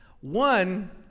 One